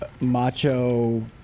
macho